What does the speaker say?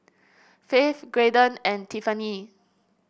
Faith Graydon and Tiffanie